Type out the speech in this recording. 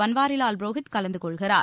பன்வாரிவால் புரோஹித் கலந்து கொள்கிறார்